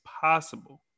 possible